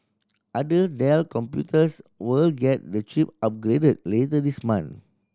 other Dell computers will get the chip upgraded later this month